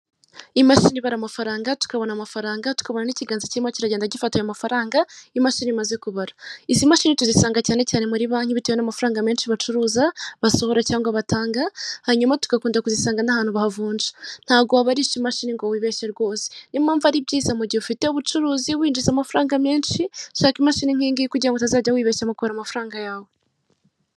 Imashini ibara amafaranga tukabona amafaranga ,tukabona n'ikiganza cy'irimo kiragenda gifata ayo mafaranga , imashini imaze kubara .Izi mashini tuzisanga cyane cyane muri banki bitewe n'amafaranga menshi bacuruza basohora cyangwa batanga hanyuma tugakunda kuzisanga n'ahantu bavunja .Ntago wabarisha imashini ngo wibeshye rwose niyo mpamvu ari byiza mu mugihe ufite ubucuruzi winjizamo amafaranga menshi shaka imashini nkiyi ngiyi kugirango ngo utazajya wibeshya mukubara amafaranga yawe.